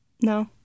No